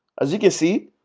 as you can see,